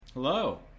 Hello